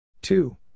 Two